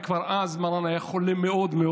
וכבר אז הוא היה חולה מאוד,